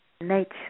nature